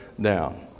down